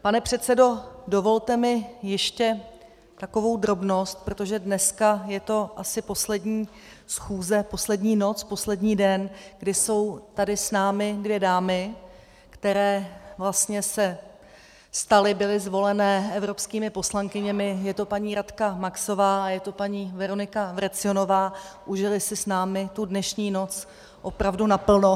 Pane předsedo, dovolte mi ještě takovou drobnost, protože dneska je to asi poslední schůze, poslední noc, poslední den, kdy jsou tady s námi dvě dámy, které vlastně se staly, byly zvoleny evropskými poslankyněmi, je to paní Radka Maxová a je to paní Veronika Vrecionová, užily si s námi tu dnešní noc opravdu naplno .